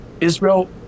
Israel